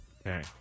Okay